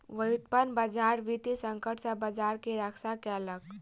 व्युत्पन्न बजार वित्तीय संकट सॅ बजार के रक्षा केलक